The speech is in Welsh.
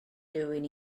rywun